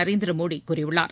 நரேந்திர மோடி கூறியுள்ளார்